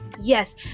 yes